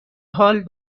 حال